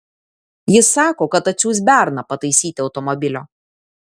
jis sako kad atsiųs berną pataisyti automobilio